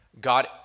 God